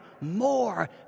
more